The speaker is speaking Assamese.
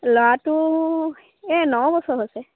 ল'ৰাটো এই ন বছৰ হৈছে